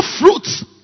fruits